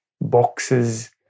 boxes